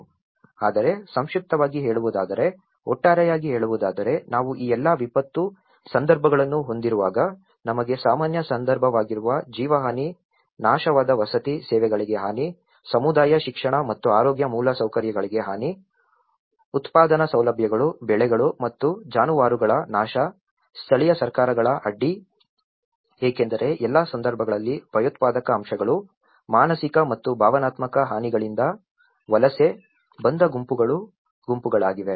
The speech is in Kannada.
Refer Slide 2949 ಆದರೆ ಸಂಕ್ಷಿಪ್ತವಾಗಿ ಹೇಳುವುದಾದರೆ ಒಟ್ಟಾರೆಯಾಗಿ ಹೇಳುವುದಾದರೆ ನಾವು ಈ ಎಲ್ಲಾ ವಿಪತ್ತು ಸಂದರ್ಭಗಳನ್ನು ಹೊಂದಿರುವಾಗ ನಮಗೆ ಸಾಮಾನ್ಯ ಸಂದರ್ಭವಾಗಿರುವ ಜೀವಹಾನಿ ನಾಶವಾದ ವಸತಿ ಸೇವೆಗಳಿಗೆ ಹಾನಿ ಸಮುದಾಯ ಶಿಕ್ಷಣ ಮತ್ತು ಆರೋಗ್ಯ ಮೂಲಸೌಕರ್ಯಗಳಿಗೆ ಹಾನಿ ಉತ್ಪಾದನಾ ಸೌಲಭ್ಯಗಳು ಬೆಳೆಗಳು ಮತ್ತು ಜಾನುವಾರುಗಳ ನಾಶ ಸ್ಥಳೀಯ ಸರ್ಕಾರಗಳ ಅಡ್ಡಿ ಏಕೆಂದರೆ ಎಲ್ಲಾ ಸಂದರ್ಭಗಳಲ್ಲಿ ಭಯೋತ್ಪಾದಕ ಅಂಶಗಳು ಮಾನಸಿಕ ಮತ್ತು ಭಾವನಾತ್ಮಕ ಹಾನಿಗಳಿಂದ ವಲಸೆ ಬಂದ ಗುಂಪುಗಳ ಗುಂಪುಗಳಿವೆ